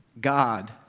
God